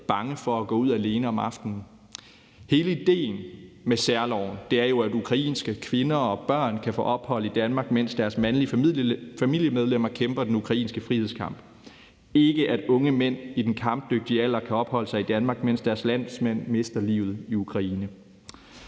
bange for at gå ud alene om aftenen. Hele idéen med særloven er jo, at ukrainske kvinder og børn kan få ophold i Danmark, mens deres mandlige familiemedlemmer kæmper den ukrainske frihedskamp – ikke at unge mænd i den kampdygtige alder kan opholde sig i Danmark, mens deres landsmænd mister livet i Ukraine.